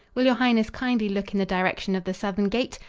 will your highness kindly look in the direction of the southern gate?